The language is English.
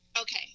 Okay